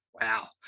wow